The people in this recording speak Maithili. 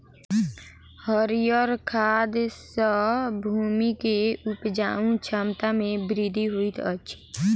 हरीयर खाद सॅ भूमि के उपजाऊ क्षमता में वृद्धि होइत अछि